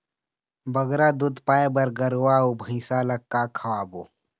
बगरा दूध पाए बर गरवा अऊ भैंसा ला का खवाबो?